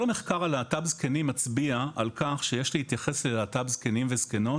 כל המחקר על להט"ב זקנים מצביע על כך שיש להתייחס ללהט"ב זקנים וזקנות